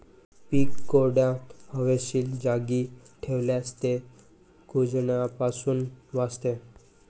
पीक कोरड्या, हवेशीर जागी ठेवल्यास ते कुजण्यापासून वाचते